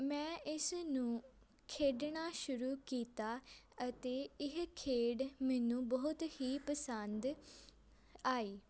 ਮੈਂ ਇਸ ਨੂੰ ਖੇਡਣਾ ਸ਼ੁਰੂ ਕੀਤਾ ਅਤੇ ਇਹ ਖੇਡ ਮੈਨੂੰ ਬਹੁਤ ਹੀ ਪਸੰਦ ਆਈ